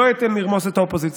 לא אתן לרמוס את האופוזיציה.